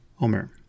Omer